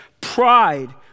Pride